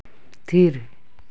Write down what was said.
ᱛᱷᱤᱨ